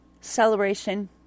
celebration